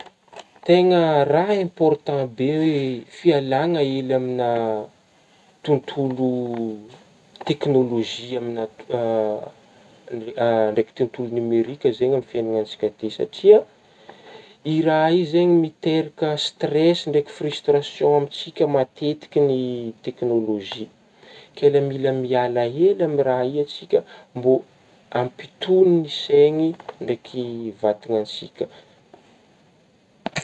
Tegna raha important be hoe fialagna hely aminah tontolo technologie aminah ndraiky tontolo nimerika zegny aminah fiainagnantsika ty satria io raha io zegny miteraka stress ndraiky frustration amintsika matetika ny technologie ke le mila mihala hely aminah raha io antsika mbô ampitogny ny saigny ndraiky vatagnantsika.